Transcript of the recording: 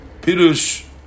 Pirush